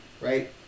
right